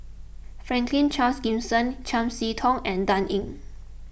Franklin Charles Gimson Chiam See Tong and Dan Ying